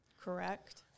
Correct